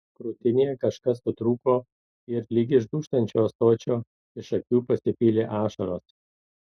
krūtinėje kažkas sutrūko ir lyg iš dūžtančio ąsočio iš akių pasipylė ašaros